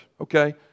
okay